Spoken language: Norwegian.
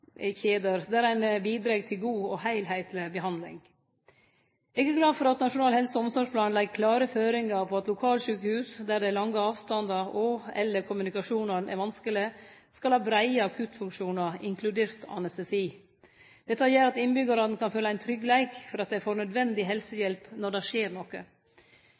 behandlingskjeder der dei bidreg til god og heilskapleg behandling. Eg er glad for at Nasjonal helse- og omsorgsplan legg klare føringar for at lokalsjukehus der det er lange avstandar og/eller kommunikasjonane er vanskelege, skal ha breie akuttfunksjonar, inkludert anestesi. Dette gjer at innbyggjarane kan føle tryggleik for at dei får nødvendig helsehjelp når det skjer